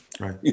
Right